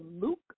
Luke